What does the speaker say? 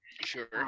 Sure